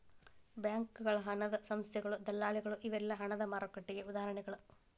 ಬ್ಯಾಂಕಗಳ ಹಣದ ಸಂಸ್ಥೆಗಳ ದಲ್ಲಾಳಿಗಳ ಇವೆಲ್ಲಾ ಹಣದ ಮಾರುಕಟ್ಟೆಗೆ ಉದಾಹರಣಿಗಳ